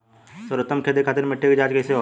सर्वोत्तम खेती खातिर मिट्टी के जाँच कइसे होला?